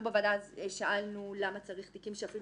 אנחנו בוועדה שאלנו למה צריך תיקים שאפילו